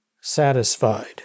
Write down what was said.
satisfied